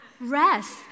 rest